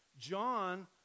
John